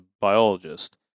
biologist